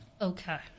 Okay